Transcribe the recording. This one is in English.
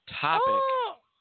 topic